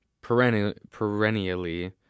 perennially